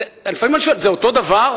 ולפעמים אני שואל: זה אותו דבר?